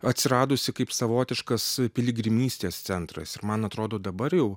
atsiradusi kaip savotiškas piligrimystės centras ir man atrodo dabar jau